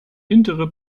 hintere